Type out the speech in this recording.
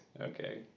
Okay